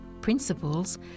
principles